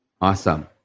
Awesome